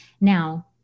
Now